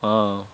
ఆ